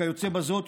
כיוצא בזאת,